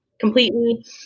completely